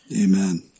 amen